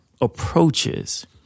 approaches